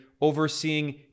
overseeing